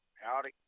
Howdy